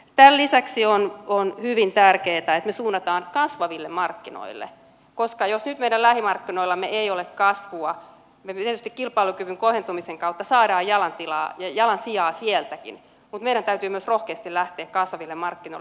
tämän lisäksi on hyvin tärkeätä että me suuntaamme kasvaville markkinoille koska jos nyt meidän lähimarkkinoillamme ei ole kasvua me tietysti kilpailukyvyn kohentumisen kautta saamme jalansijaa sieltäkin mutta meidän täytyy myös rohkeasti lähteä kasvaville markkinoille